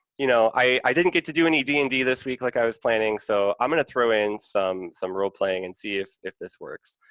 you know, i didn't get to do any d and d this week, like i was planning, so i'm going to throw in some some role-playing and see if if this works.